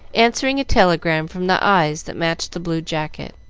answering a telegram from the eyes that matched the blue jacket.